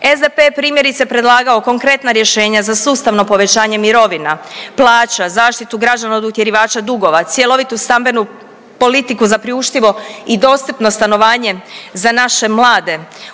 SDP je primjerice predlagao konkretna rješenja za sustavno povećanje mirovina, plaća, zaštitu građana od utjerivača dugova, cjelovitu stambenu politiku za priuštivo i dostupno stanovanje za naše mlade,